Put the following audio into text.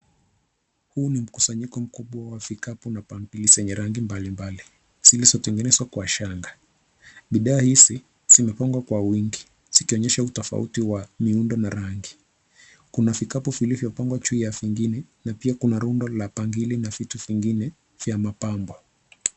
Huu ni mkusanyiko mkubwa wa vikapu na bangili zenye rangi mbalimbali, zilizotengenezwa kwa shanga. Bidhaa hizi zimepangwa kwa wingi, zikionyesha utofauti wa miundo na rangi. Kuna vikapu vilivyo pangwa juu ya vingine, na pia kuna rundo la bangili na vitu vingine vya mapambo.